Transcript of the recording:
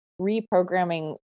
reprogramming